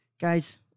Guys